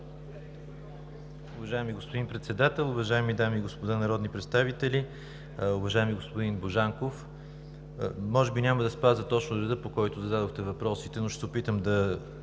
Уважаеми господин Председател, уважаеми дами и господа народни представители! Уважаеми господин Божанков, може би няма да спазя точно реда, по който зададохте въпросите, но ще се опитам да